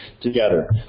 together